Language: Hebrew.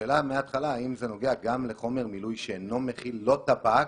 השאלה, האם זה נוגע לחומר מילוי שלא מכיל טבק